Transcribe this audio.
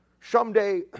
Someday